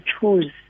choose